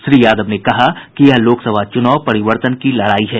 श्री यादव ने कहा कि यह लोकसभा चुनाव परिवर्तन की लड़ाई है